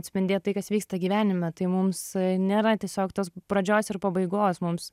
atspindėt tai kas vyksta gyvenime tai mums nėra tiesiog tos pradžios ir pabaigos mums